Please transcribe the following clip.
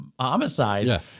homicide